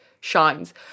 shines